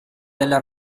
della